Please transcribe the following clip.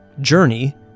journey